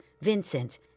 Vincent